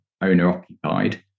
owner-occupied